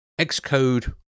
Xcode